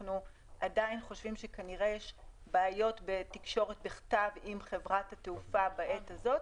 שאנחנו עדיין חושבים שיש בעיות בתקשורת בכתב עם חברת התעופה בעת הזאת,